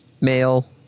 male